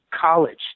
college